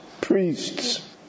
Priests